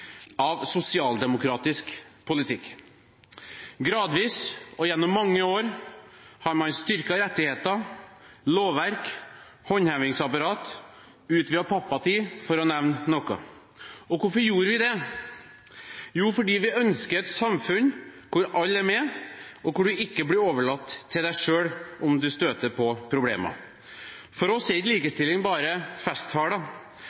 av sosialdemokratisk politikk. Gradvis og gjennom mange år har man styrket rettigheter, lovverk, håndhevingsapparat, utvidet pappatid, for å nevne noe. Hvorfor har vi gjort det? Jo, det er fordi vi ønsker et samfunn hvor alle er med, og hvor man ikke blir overlatt til seg selv om man støter på problemer. For oss er ikke likestilling bare festtaler;